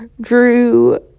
drew